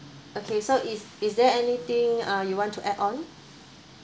okay so is is there anything uh you want to add on